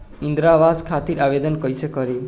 इंद्रा आवास खातिर आवेदन कइसे करि?